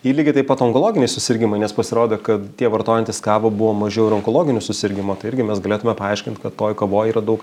ir lygiai taip pat onkologiniai susirgimai nes pasirodo kad tie vartojantys kavą buvo mažiau ir onkologinių susirgimo tai irgi mes galėtume paaiškint kad toj kavoj yra daug